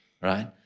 Right